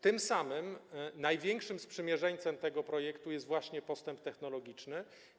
Tym samym największym sprzymierzeńcem tego projektu jest właśnie postęp technologiczny.